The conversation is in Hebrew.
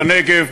בנגב,